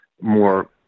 more